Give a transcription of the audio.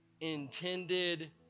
intended